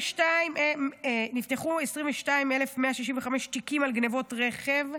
נפתחו 22,165 תיקים על גנבות רכב,